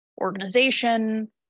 organization